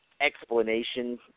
explanation